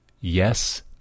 Yes